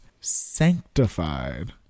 Sanctified